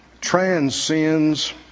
transcends